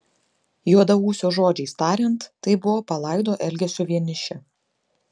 juodaūsio žodžiais tariant tai buvo palaido elgesio vienišė